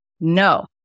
no